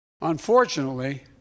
Unfortunately